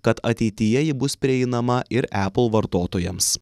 kad ateityje ji bus prieinama ir apple vartotojams